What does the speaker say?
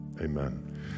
amen